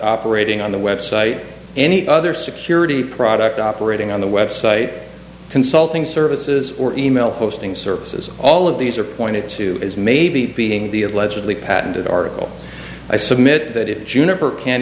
operating on the website any other security product operating on the web site consulting services or email hosting services all of these are pointed to as maybe being the allegedly patented article i submit that it juniper can't